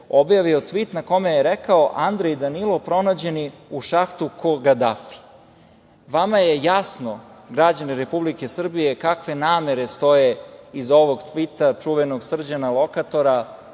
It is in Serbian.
objavio tvit na kome je rekao – Andrej i Danilo pronađeni u šahti ko Gadafi. Vama je jasno, građani Republike Srbije kakve namere stoje iza ovog tvita, čuvenog Srđana lokatora,